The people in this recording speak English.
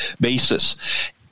basis